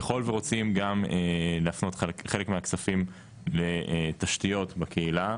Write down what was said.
ככל שרוצים גם להפנות חלק מהכספים לתשתיות בקהילה,